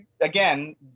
again